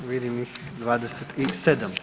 Vidim ih 27.